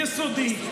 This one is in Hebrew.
יסודי,